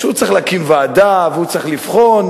שהוא צריך להקים ועדה והוא צריך לבחון.